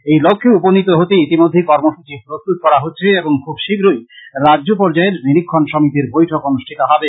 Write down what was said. এই লক্ষ্যে উপনীত হতে ইতিমধ্যেই কর্মসূচী প্রস্তুত করা হচ্ছে এবং খুব শীঘ্রই রাজ্য পর্যায়ের নিরীক্ষণ সমিতির বৈঠক অনুষ্ঠিত হবে